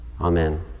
Amen